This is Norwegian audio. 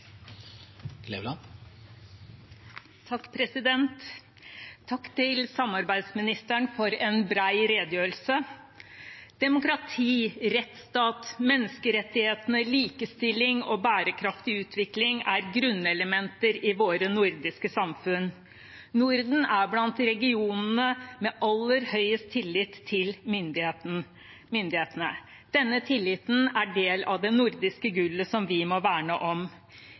Takk til samarbeidsministeren for en bred redegjørelse. Demokrati, rettsstat, menneskerettigheter, likestilling og bærekraftig utvikling er grunnelementer i våre nordiske samfunn. Norden er blant regionene i verden med aller høyest tillit til myndighetene. Denne tilliten er del av det nordiske gullet, som vi må verne om.